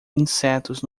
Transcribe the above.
insetos